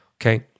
Okay